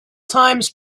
times